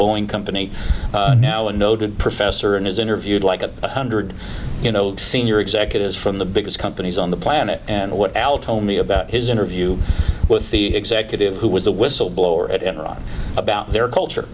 boeing company now a noted professor and has interviewed like a hundred you know senior executives from the biggest companies on the planet and what al told me about his interview with the executive who was the whistleblower at enron about their culture